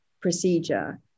procedure